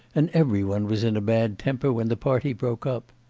and every one was in a bad temper when the party broke up.